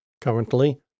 currently